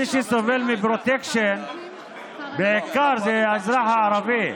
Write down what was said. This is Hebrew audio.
מי שסובל מפרוטקשן זה בעיקר האזרח הערבי,